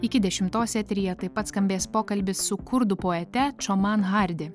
iki dešimtos eteryje taip pat skambės pokalbis su kurdų poete čoman hardi